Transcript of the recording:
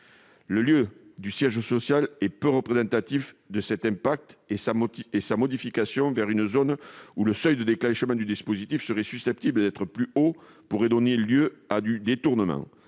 Le lieu du siège social est peu représentatif de cet impact ; de surcroît, sa modification au profit d'une zone où le seuil de déclenchement du dispositif serait susceptible d'être plus haut pourrait donner lieu à détournement.